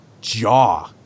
jaw